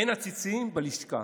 אין עציצים בלשכה,